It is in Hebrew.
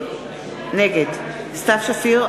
נגד סתיו שפיר,